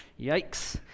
Yikes